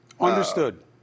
Understood